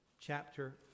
chapter